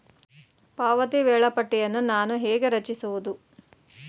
ಪಾವತಿ ವೇಳಾಪಟ್ಟಿಯನ್ನು ನಾನು ಹೇಗೆ ರಚಿಸುವುದು?